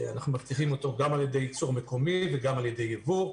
אנחנו מבטיחים אותו גם על-ידי ייצור מקומי וגם על-ידי ייבוא,